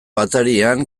atarian